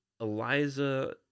Eliza